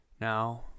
now